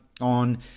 on